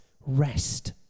rest